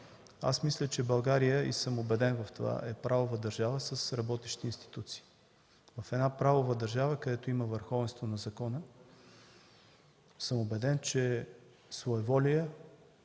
Мисля, че България и съм убеден в това, е правова държава с работещи институции. В една правова държава, където има върховенство на закона, убеден съм, че своеволие,